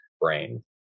brain